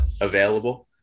available